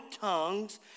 tongues